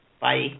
Bye